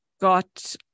got